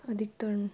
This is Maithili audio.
अधिकतर